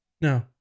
No